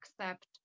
accept